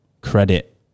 credit